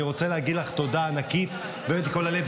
אני רוצה להגיד לך תודה ענקית, באמת, מכל הלב.